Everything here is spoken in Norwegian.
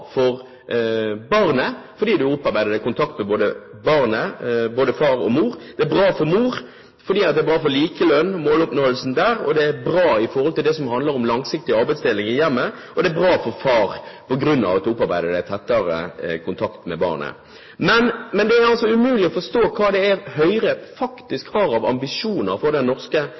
for barnet, fordi både far og mor opparbeider seg kontakt med barnet. Det er bra for mor, fordi det er bra for måloppnåelsen av likelønn, det er bra for det som handler om en langsiktig arbeidsdeling i hjemmet, og det er bra for far, fordi han opparbeider seg tettere kontakt med barnet. Men det er altså umulig å forstå hva det er Høyre faktisk har av ambisjoner for den norske